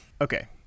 Okay